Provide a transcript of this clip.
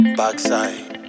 backside